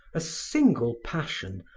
a single passion,